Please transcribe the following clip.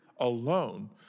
Alone